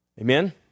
Amen